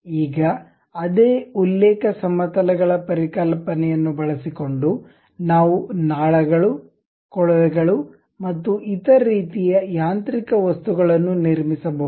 ಈಗ ಅದೇ ಉಲ್ಲೇಖ ಸಮತಲಗಳ ಪರಿಕಲ್ಪನೆಯನ್ನು ಬಳಸಿಕೊಂಡು ನಾವು ನಾಳಗಳು ಕೊಳವೆ ಗಳು ಮತ್ತು ಇತರ ರೀತಿಯ ಯಾಂತ್ರಿಕ ವಸ್ತುಗಳನ್ನು ನಿರ್ಮಿಸಬಹುದು